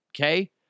Okay